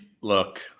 look